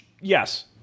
Yes